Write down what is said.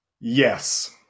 Yes